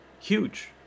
Huge